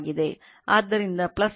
ಆದ್ದರಿಂದ ಇದನ್ನು ನೋಡಿ